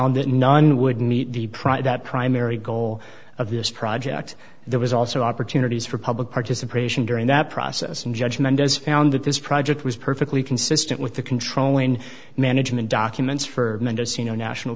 would meet the pride that primary goal of this project there was also opportunities for public participation during that process and judge mendez found that this project was perfectly consistent with the control and management documents for mendocino national